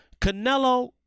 Canelo